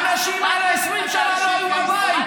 האנשים האלה 20 שנה לא היו בבית.